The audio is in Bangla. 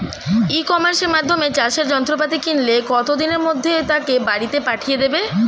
ই কমার্সের মাধ্যমে চাষের যন্ত্রপাতি কিনলে কত দিনের মধ্যে তাকে বাড়ীতে পাঠিয়ে দেবে?